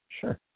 Sure